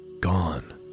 gone